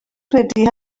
credu